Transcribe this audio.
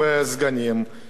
ויש שרים כנראה,